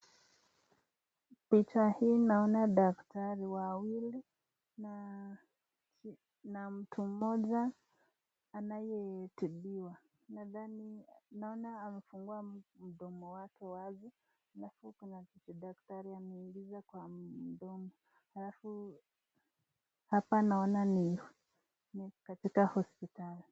Picha hii naona madaktari wawili na mtu mmoja anayetibiwa. Nadhani naona amefungua mdomo wake wazi alafu kuna kitu daktari ameingiza kwa mdomo ,alafu hapa naona ni katika hospitali.